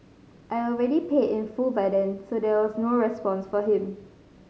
I already paid in full by then so there was no response from him